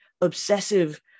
obsessive